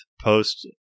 post